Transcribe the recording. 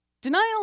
Denial